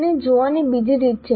તેને જોવાની બીજી રીત છે